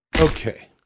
Okay